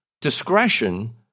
discretion